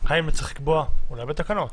האם צריך לקבוע אולי בתקנות